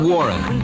Warren